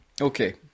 okay